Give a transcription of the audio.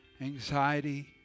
anxiety